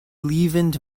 leavened